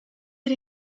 did